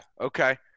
okay